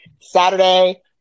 Saturday